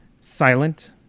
silent